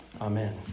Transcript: Amen